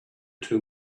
two